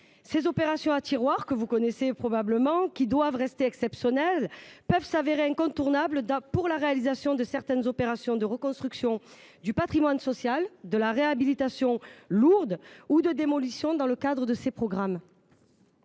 Ces opérations « à tiroirs », qui doivent rester exceptionnelles, peuvent se révéler incontournables pour la réalisation de certaines opérations de reconstruction du patrimoine social, de réhabilitation lourde ou de démolition dans le cadre de ces programmes.